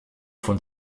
von